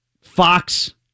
Fox